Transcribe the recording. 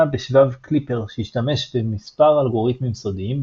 בשבב Clipper שהשתמש במספר אלגוריתמים סודיים,